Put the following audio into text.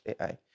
AI